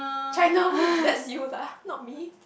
try loh that is you lah not me